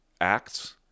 acts